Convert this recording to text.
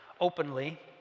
openly